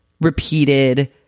repeated